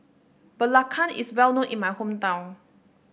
Belacan is well known in my hometown